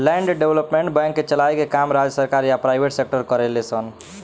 land development bank के चलाए के काम राज्य सरकार या प्राइवेट सेक्टर करेले सन